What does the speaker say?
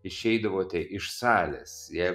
išeidavote iš salės jei